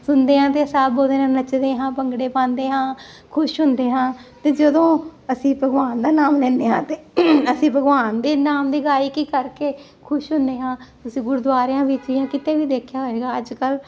ਸੁਣਦੇ ਆਂ ਤੇ ਸਭ ਬੋਲਦੇ ਆ ਨੱਚਦੇ ਹਾਂ ਭੰਗੜੇ ਪਾਉਂਦੇ ਹਾਂ ਖੁਸ਼ ਹੁੰਦੇ ਹਾਂ ਤੇ ਜਦੋਂ ਅਸੀਂ ਭਗਵਾਨ ਦਾ ਨਾਮ ਲੈਦੇ ਆ ਤੇ ਅਸੀਂ ਭਗਵਾਨ ਦੇ ਨਾਮ ਦੀ ਗਾਈਕ ਕਰਕੇ ਖੁਸ਼ ਹੁੰਦੇ ਹਾਂ ਅਸੀਂ ਗੁਰਦੁਆਰਿਆਂ ਵਿੱਚ ਹੀ ਕਿਤੇ ਵੀ ਦੇਖਿਆ ਹੋਏਗਾ ਅੱਜ ਕੱਲ